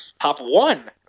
top-one